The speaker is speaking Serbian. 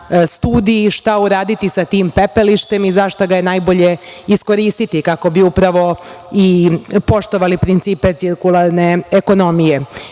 studiji šta uraditi sa tim pepelištem i za šta ga je najbolje iskoristiti, kako bi i poštovali principe cirkularne ekonomije.